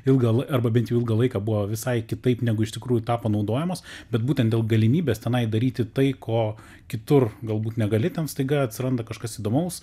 ilga la arba bent jau ilgą laiką buvo visai kitaip negu iš tikrųjų tapo naudojamos bet būtent dėl galimybės tenai daryti tai ko kitur galbūt negali ten staiga atsiranda kažkas įdomaus